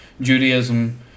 Judaism